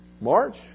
March